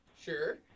Sure